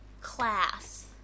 class